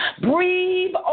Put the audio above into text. Breathe